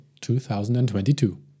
2022